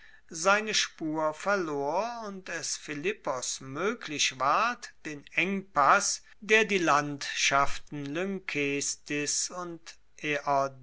seine spur verlor und es philippos moeglich ward den engpass der die landschaften lynkestis und